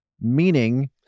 meaning